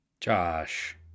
Josh